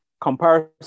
Comparison